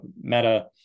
Meta